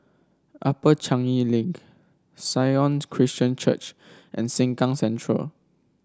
Upper Changi Link Sion Christian Church and Sengkang Central